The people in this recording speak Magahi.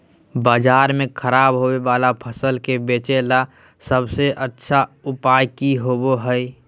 बाजार में खराब होबे वाला फसल के बेचे ला सबसे अच्छा उपाय की होबो हइ?